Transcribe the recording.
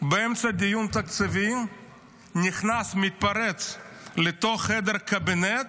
באמצע דיון תקציבי נכנס, מתפרץ לתוך חדר הקבינט